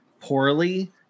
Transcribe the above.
poorly